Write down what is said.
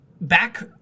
back